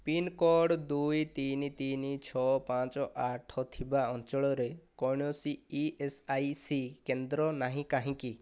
pin code ଦୁଇ ତିନି ତିନି ଛଅ ପାଞ୍ଚ ଆଠ ଥିବା ଅଞ୍ଚଳରେ କୌଣସି ଇଏସ୍ଆଇସି କେନ୍ଦ୍ର ନାହିଁ କାହିଁକି